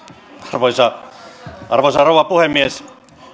arvoisa arvoisa rouva puhemies